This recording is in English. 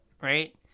Right